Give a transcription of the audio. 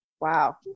Wow